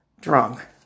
drunk